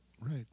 right